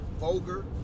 vulgar